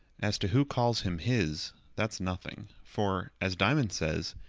as to who calls him his, that's nothing for, as diamond says,